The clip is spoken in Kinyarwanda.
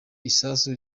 isasu